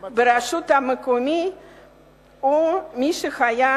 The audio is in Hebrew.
ברשות המקומית, או מי שהיה